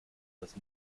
das